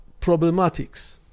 problematics